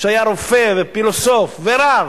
שהיה רופא ופילוסוף, ורב,